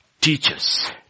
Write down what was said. teaches